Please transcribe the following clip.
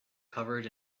covered